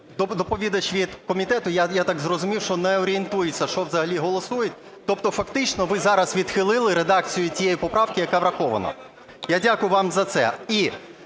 доповідач від комітету, я так зрозумів, що не орієнтується, що взагалі голосують. Тобто фактично ви зараз відхилили редакцію тієї поправки, яка врахована. Я дякую вам за це.